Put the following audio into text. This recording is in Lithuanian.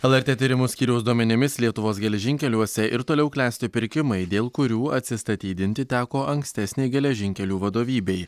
lrt tyrimų skyriaus duomenimis lietuvos geležinkeliuose ir toliau klesti pirkimai dėl kurių atsistatydinti teko ankstesnei geležinkelių vadovybei